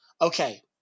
Okay